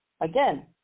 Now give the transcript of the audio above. Again